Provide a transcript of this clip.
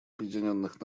объединенных